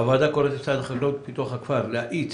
הוועדה קוראת למשרד החקלאות ופיתוח הכפר להאיץ